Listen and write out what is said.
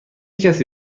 کسی